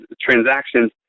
transactions